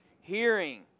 Hearing